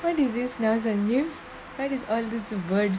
what is this naasanyu what is all this to birds